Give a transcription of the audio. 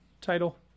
Title